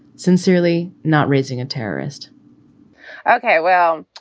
sincerely not raising a terrorist ok, well,